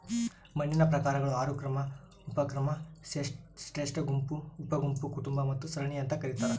ಮಣ್ಣಿನ ಪ್ರಕಾರಗಳು ಆರು ಕ್ರಮ ಉಪಕ್ರಮ ಶ್ರೇಷ್ಠಗುಂಪು ಉಪಗುಂಪು ಕುಟುಂಬ ಮತ್ತು ಸರಣಿ ಅಂತ ಕರೀತಾರ